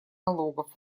налогов